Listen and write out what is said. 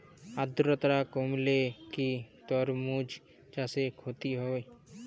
আদ্রর্তা কমলে কি তরমুজ চাষে ক্ষতি হয়?